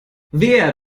wer